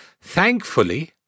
thankfully